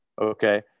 Okay